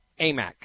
AMAC